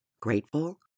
grateful